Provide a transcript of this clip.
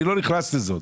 אני לא נכנס לזה.